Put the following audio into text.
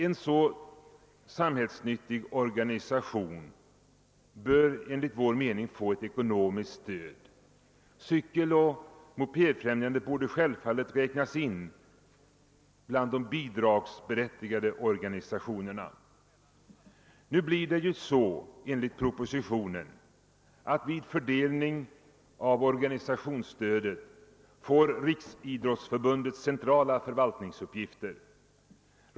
En så samhällsnyttig organisation bör enligt vär mening få ett ekonomiskt stöd. Cykeloch mopedfrämjandet borde självfallet räknas in bland de bidragsberättigade organisationerna. Vid fördelning av organisationsstödet får nu enligt propositionen Riksidrottsförbundet centrala förvaltningsuppgifter.